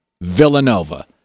Villanova